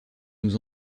nous